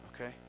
okay